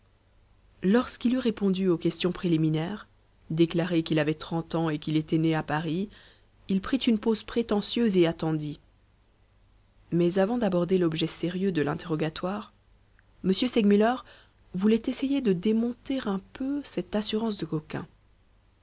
lorsqu'il eut répondu aux questions préliminaires déclaré qu'il avait trente ans et qu'il était né à paris il prit une pose prétentieuse et attendit mais avant d'aborder l'objet sérieux de l'interrogatoire m segmuller voulait essayer de démonter un peu cette assurance de